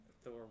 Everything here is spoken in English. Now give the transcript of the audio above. Thor